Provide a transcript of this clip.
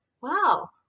wow